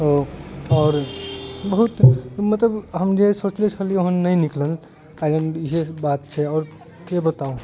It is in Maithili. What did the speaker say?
ओ आओर बहुत मतलब हम जे सोचले छलियै हन नहि निकलल कारण इहे बात छै आओर की बताउ